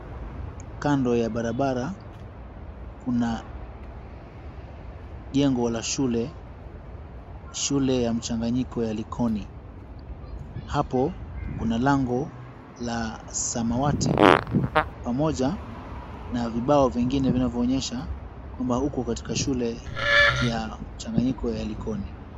Kando ya barabara kuna jengo la shule, shule ya mchanganyiko ya Likoni hapo kuna lango la samawati pamoja na vibao vyengine vinavyoonyesha kwamba uko katika shule ya mchanganyiko ya Likoni.